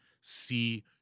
see